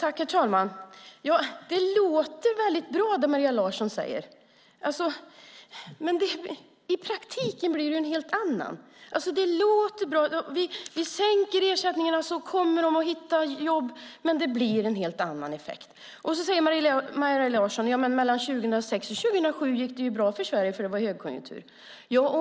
Fru talman! Det som Maria Larsson säger låter väldigt bra. Men i praktiken blir det något helt annat. Det låter alltså bra när man säger att om man sänker ersättningarna kommer dessa människor att hitta jobb. Men det blir en helt annan effekt. Sedan säger Maria Larsson att det mellan 2006 och 2007 gick bra för Sverige eftersom det var högkonjunktur.